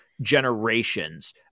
generations